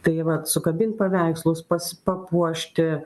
tai vat sukabint paveikslus pas papuošti